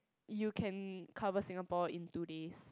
you can cover Singapore in two days